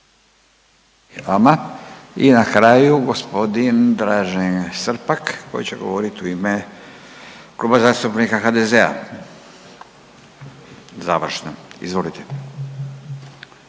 I na kraju gospodin Dražen Srpak koji će govoriti u ime Kluba zastupnika HDZ-a. Izvolite.